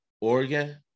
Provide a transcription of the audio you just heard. Oregon